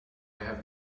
have